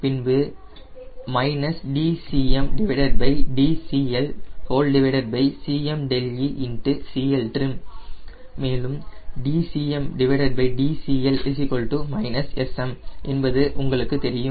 பின்பு dCmdCL CmecLtrim மேலும் dCmdCL −SM என்பது உங்களுக்கு தெரியும்